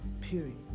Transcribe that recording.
Period